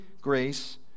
grace